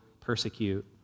persecute